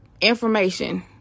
information